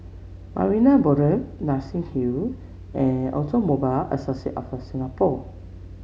Marina Boulevard Nassim Hill and Automobile Association of The Singapore